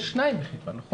יש שניים בחיפה, נכון?